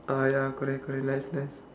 ah ya correct correct less less